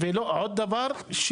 דבר נוסף,